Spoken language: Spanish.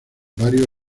varios